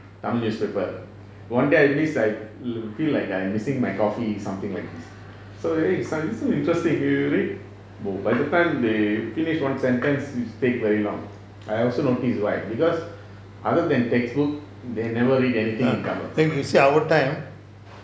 tamil newspaper one day I miss I feel like I'm missing my coffee something like this so it's so interesting they read by the time they finish one sentence it takes very long I also notice why because other than textbook they never read anything in tamil